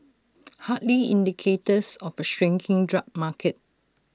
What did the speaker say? hardly indicators of A shrinking drug market